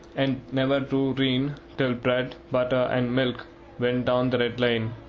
and never drew rein till bread, butter, and milk went down the red lane.